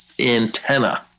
antenna